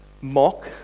mock